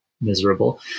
miserable